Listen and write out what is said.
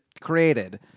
created